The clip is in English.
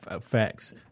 Facts